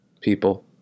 People